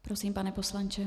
Prosím, pane poslanče.